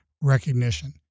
recognition